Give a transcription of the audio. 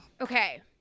Okay